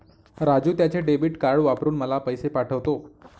राजू त्याचे debit card वापरून मला पैसे पाठवतो